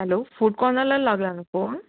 hello food कॉनरलाला लागला न्हू फोन